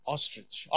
Ostrich